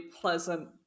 pleasant